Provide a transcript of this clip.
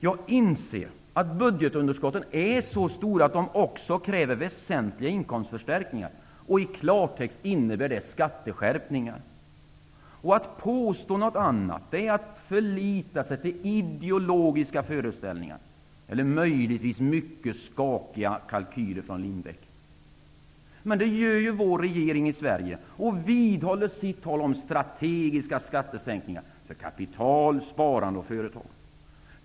Jag inser att budgetunderskotten är så stora att de också kräver väsentliga inkomstförstärkningar -- i klartext innebär det skatteskärpningar. Att påstå något annat är att förlita sig till ideologiska föreställningar, eller möjligen mycket skakiga kalkyler från Lindbeck. Men det gör regeringen i Sverige och vidhåller sitt tal om strategiska skattesänkningar för kapital, sparande och företag.